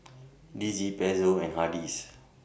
D C Pezzo and Hardy's